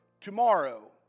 tomorrow